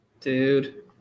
dude